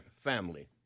family